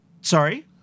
Sorry